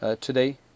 today